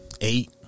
eight